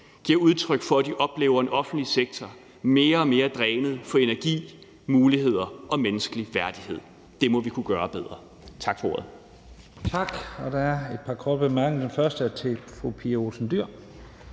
giver udtryk for, at de oplever en offentlig sektor mere og mere drænet for energi, muligheder og menneskelig værdighed. Det må vi kunne gøre bedre. Tak for ordet.